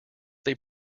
they